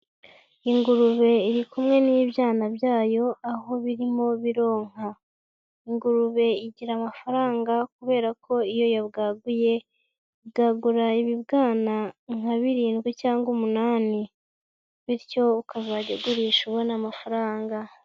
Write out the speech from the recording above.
Ingurube iri kumwe n'ibyana byayo aho birimo bironka, ingurube igira amafaranga kubera ko iyo yabwaguye ibwagagura ibibwana nka birindwi cyangwa umunani, bityo ukazajya igurisha ubona n'amafaranga.